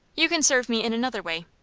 you can serve me in another way.